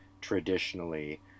traditionally